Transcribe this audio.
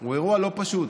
הוא אירוע לא פשוט.